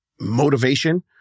motivation